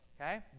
Okay